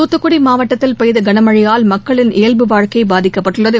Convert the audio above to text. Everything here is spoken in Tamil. தூத்துக்குடி மாவட்டத்தில் பெய்த கனமழையால் மக்களின் இயல்பு வாழ்க்கை பாதிக்கப்பட்டுள்ளது